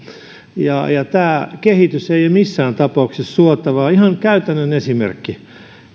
tämä kehitys ei ole missään tapauksessa suotavaa ihan käytännön esimerkki niiden